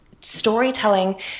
storytelling